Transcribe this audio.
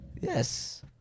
Yes